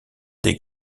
des